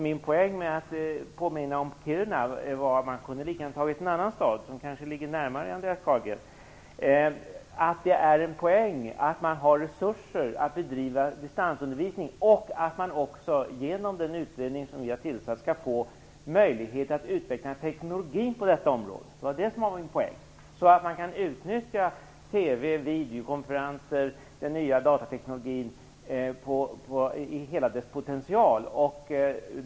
Min poäng med att påminna om Kiruna - jag kunde lika gärna ha tagit en annan stad som kanske hade legat närmare Andreas Carlgren - är att man där har resurser för att bedriva distansundervisning. Genom den utredning som vi har tillsatt skall man också få möjlighet att utveckla en teknologi på detta område. Detta var min poäng. Man skall kunna utnyttja TV och videokonferenser och den nya datateknologin i hela dess potential.